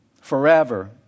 forever